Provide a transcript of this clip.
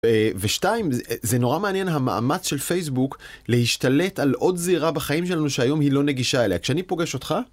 ושתיים, זה נורא מעניין המאמץ של פייסבוק להשתלט על עוד זירה בחיים שלנו שהיום היא לא נגישה אליה. כשאני פוגש אותך,